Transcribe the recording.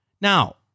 Now